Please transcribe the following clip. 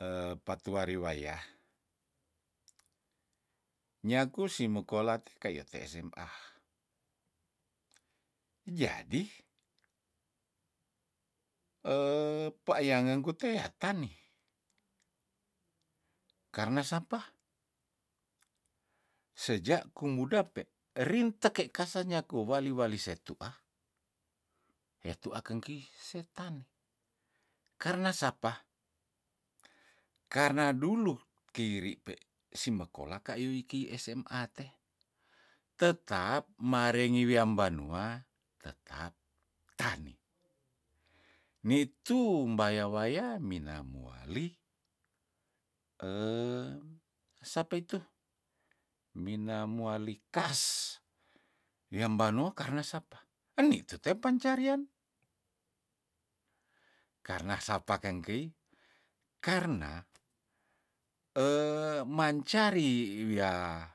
patuari waya nyaku simekola te kayi te sma jadi pa yangan kutea tani karna sapa seja kumuda pe rinteke kasa nyaku wali- wali setuah hetuakeng keih setanne karna sapa karna dulu keiripe simekola kaiu iki sma te tetap marengi wiam banua tetap tani nitu mbaya waya minamo wali sapa itu mina moali kaas wiam banua karna sapa eni tute pancarian karna sapakang kei karna mancari wiah